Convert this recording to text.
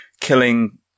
killing